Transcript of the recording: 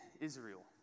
Israel